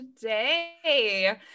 today